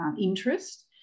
interest